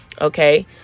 okay